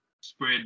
spread